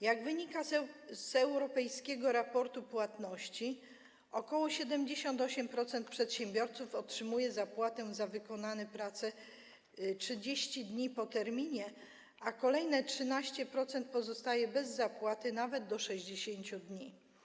Jak wynika z Europejskiego Raportu Płatności, ok. 78% przedsiębiorców otrzymuje zapłatę za wykonane prace 30 dni po terminie, a kolejne 13% pozostaje bez zapłaty nawet do 60 dni.